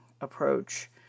approach